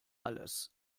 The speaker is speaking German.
alles